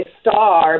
star